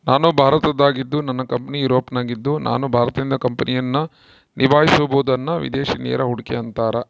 ನಾನು ಭಾರತದಾಗಿದ್ದು ನನ್ನ ಕಂಪನಿ ಯೂರೋಪ್ನಗಿದ್ದ್ರ ನಾನು ಭಾರತದಿಂದ ಕಂಪನಿಯನ್ನ ನಿಭಾಹಿಸಬೊದನ್ನ ವಿದೇಶಿ ನೇರ ಹೂಡಿಕೆ ಅಂತಾರ